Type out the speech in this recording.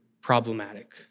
Problematic